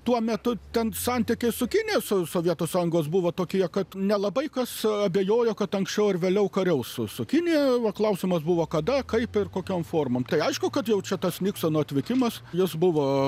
tuo metu ten santykiai su kinija so sovietų sąjungos buvo tokie kad nelabai kas abejojo kad anksčiau ar vėliau kariaus su su kinija klausimas buvo kada kaip ir kokiom formom tai aišku kad jau čia tas niksono atvykimas jis buvo